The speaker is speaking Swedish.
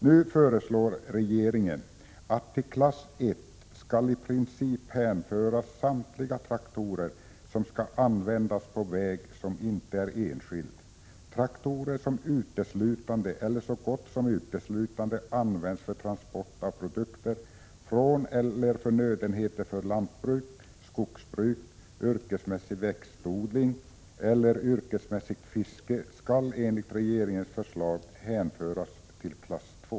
Nu föreslår regeringen att i princip samtliga traktorer som skall användas på väg som inte är enskild skall hänföras till klass I. Traktorer som uteslutande, eller så gott som uteslutande, används för transport av produkter från eller förnödenheter för lantbruk, skogsbruk, yrkesmässig växtodling eller yrkesmässigt fiske skall enligt regeringens förslag hänföras till klass II.